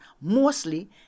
Mostly